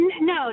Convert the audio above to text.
No